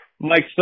Mike